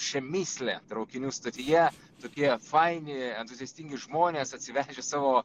pšemysle traukinių stotyje tokie faini entuziastingi žmonės atsivežę savo